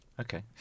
Okay